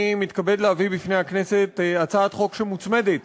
אני מתכבד להביא בפני הכנסת הצעת חוק שמוצמדת